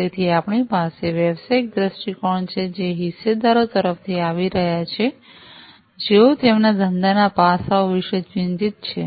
તેથી આપણી પાસે વ્યવસાયિક દ્રષ્ટિકોણ છે જે હિસ્સેદારો તરફથી આવી રહ્યો છે જેઓ તેમના ધંધાના પાસાઓ વિશે ચિંતિત છે